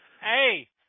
Hey